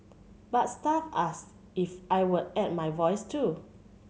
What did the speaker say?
but staff asked if I would add my voice too